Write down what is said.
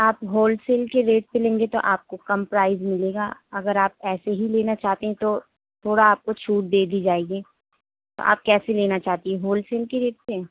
آپ ہولسیل کے ریٹ پہ لیں گے تو آپ کو کم پرائز ملے گا اگر آپ ایسے ہی لینا چاہتے ہیں تو تھوڑا آپ کو چھوٹ دے دی جائے گی آپ کیسے لینا چاہتی ہولسیل کے ریٹ پہ